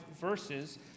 verses